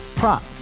Prop